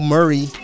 Murray